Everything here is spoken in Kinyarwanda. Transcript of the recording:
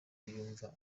yumva